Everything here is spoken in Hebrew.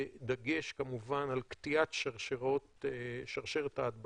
בדגש כמובן על קטיעת שרשרת ההדבקה,